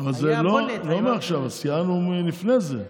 השיאן לא מעכשיו, השיאן מלפני זה.